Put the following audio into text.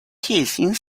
hissing